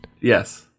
Yes